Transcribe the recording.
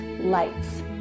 lights